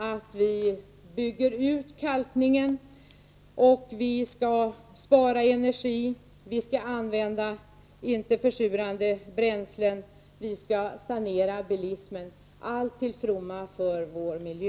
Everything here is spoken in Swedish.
Vi skall bygga ut kalkningen, vi skall spara energi, vi skall använda icke försurande bränslen och vi skall sanera bilismen — allt till fromma för vår miljö.